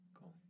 Cool